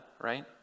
Right